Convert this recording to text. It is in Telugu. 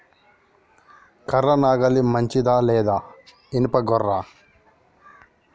కర్ర నాగలి మంచిదా లేదా? ఇనుప గొర్ర?